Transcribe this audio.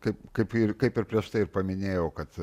kaip ir kaip ir prieš tai ir paminėjau kad